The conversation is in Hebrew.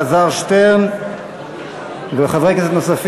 ההצעה היא של חבר הכנסת אלעזר שטרן וחברי כנסת נוספים.